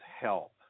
help